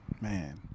man